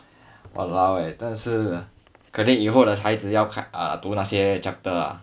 !walao! eh 真的是可能以后的孩子要看读那些 chapter ah